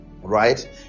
right